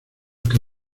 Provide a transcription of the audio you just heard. que